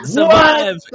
Survive